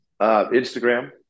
Instagram